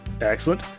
Excellent